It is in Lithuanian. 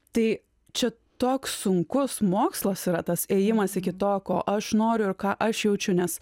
tai čia toks sunkus mokslas yra tas ėjimas iki to ko aš noriu ir ką aš jaučiu nes